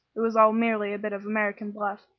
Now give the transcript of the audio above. it was all merely a bit of american bluff,